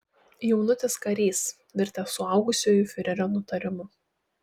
jaunutis karys virtęs suaugusiuoju fiurerio nutarimu